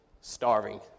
starving